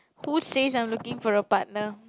who says I'm looking for a partner